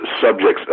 subjects